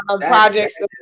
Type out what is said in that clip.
projects